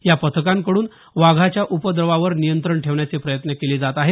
या पथकाकडून वाघाच्या उपद्रवावर नियंत्रण ठेवण्याचे प्रयत्न केले जात आहेत